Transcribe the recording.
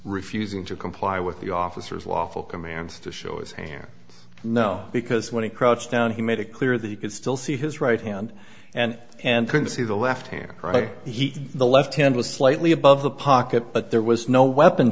refusing to comply with the officer's lawful commands to show his hair no because when he crouched down he made it clear that you could still see his right hand and and can see the left here right he the left hand was slightly above the pocket but there was no weapon